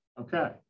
okay